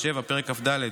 פרק כ"ד,